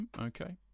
Okay